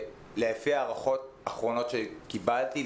לפי ההערכות האחרונות שקיבלתי,